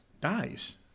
dies